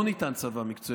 לא ניתן צבא מקצועי.